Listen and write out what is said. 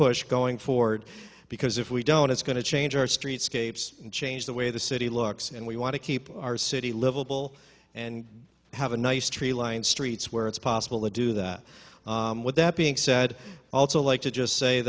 push going forward because if we don't it's going to change our streetscapes and change the way the city looks and we want to keep our city livable and have a nice tree lined streets where it's possible to do that with that being said i also like to just say